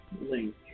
link